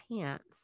pants